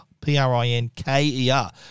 P-R-I-N-K-E-R